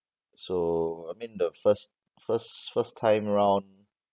so I mean the first first first time round